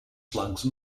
slugs